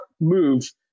move